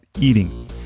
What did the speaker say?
Eating